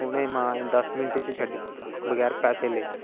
उनें माए दस मिनंट च छड्डी दिता बगेैर पेसे ले